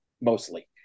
mostly